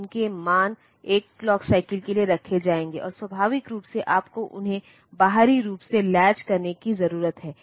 तो यह वायर है जो माइक्रोप्रोसेसर के लिए मेमोरी और आईओ उपकरणों को जोड़ता है